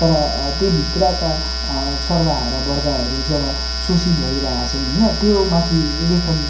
तर त्यो भित्रका सर्वहारावर्गहरू जब शोषित भइरहेका छन् होइन त्योमाथि लेखन